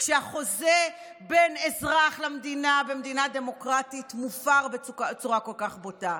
כשהחוזה בין אזרח למדינה במדינה דמוקרטית מופר בצורה כל כך בוטה?